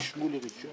שמולי ראשון,